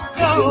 go